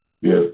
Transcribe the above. Yes